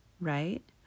right